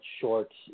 short